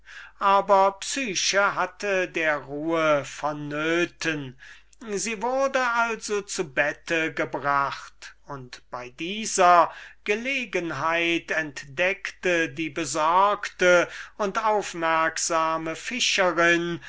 aber psyche hatte der ruhe vonnöten sie wurde also zu bette gebracht und bei dieser gelegenheit entdeckte die fischerin